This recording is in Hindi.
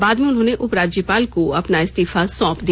बाद में उन्होंने उपराज्यपाल को अपना इस्तीफा सौंप दिया